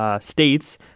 states